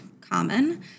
common